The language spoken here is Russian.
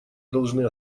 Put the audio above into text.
должны